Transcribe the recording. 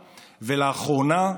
ולאחרונה,